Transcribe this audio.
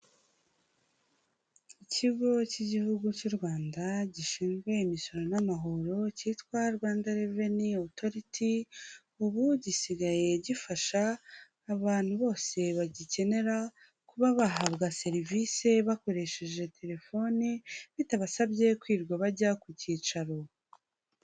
Ikigo cy'igihugu cy'u Rwanda gishinzwe imisoro n'amahoro cyitwa Rwanda reveni otoriti, ubu gisigaye gifasha abantu bose bagikenera, kuba bahabwa serivisi bakoresheje telefoni, bitabasabye kwirirwa bajya ku kicaro.